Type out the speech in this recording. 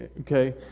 okay